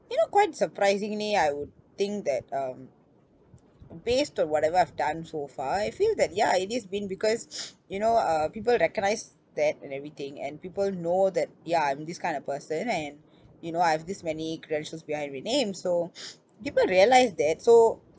you know quite surprisingly I would think that um based on whatever I've done so far I feel that ya it is been because you know uh people recognise that and everything and people know that ya I'm this kind of person and you know I have this many credentials behind my name so people realise that so